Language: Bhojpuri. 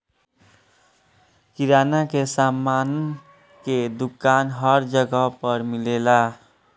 किराना के सामान के दुकान हर जगह पे मिलेला